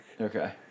Okay